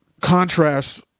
contrast